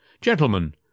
Gentlemen